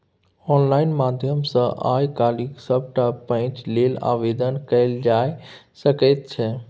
online माध्यम सँ आय काल्हि सभटा पैंच लेल आवेदन कएल जाए सकैत छै